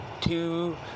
two